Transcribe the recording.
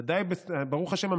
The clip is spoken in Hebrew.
ברוך השם,